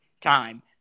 time